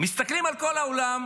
מסתכלים על כל העולם,